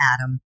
Adam